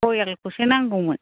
रयेल खौसो नांगौमोन